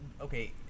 Okay